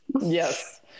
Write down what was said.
Yes